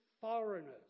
foreigners